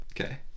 Okay